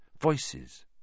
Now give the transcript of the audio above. voices